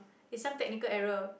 it's some technical error